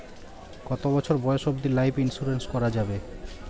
কতো বছর বয়স অব্দি লাইফ ইন্সুরেন্স করানো যাবে?